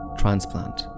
transplant